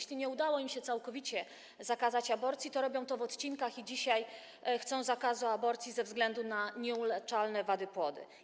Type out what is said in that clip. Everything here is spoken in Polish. Skoro nie udało im się całkowicie zakazać aborcji, to robią to w odcinkach i dzisiaj chcą zakazu aborcji ze względu na nieuleczalne wady płodu.